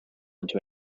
into